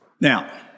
Now